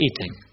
eating